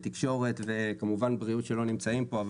תקשורת וכמובן בריאות שלא נמצאים פה.